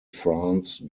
france